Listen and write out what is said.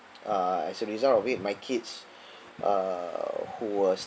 uh as a result of it my kids uh who was